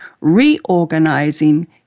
reorganizing